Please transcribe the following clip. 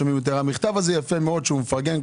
המכתב הזה יפה מאוד שמפרגן.